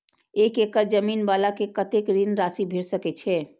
एक एकड़ जमीन वाला के कतेक ऋण राशि भेट सकै छै?